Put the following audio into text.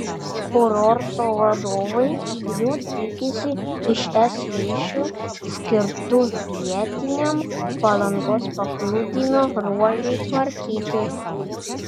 kurorto vadovai jų tikisi iš es lėšų skirtų pietiniam palangos paplūdimio ruožui tvarkyti